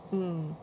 mm